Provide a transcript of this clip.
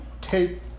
take